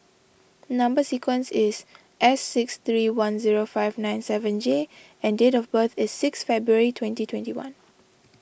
Number Sequence is S six three one zero five nine seven J and date of birth is six February twenty twenty one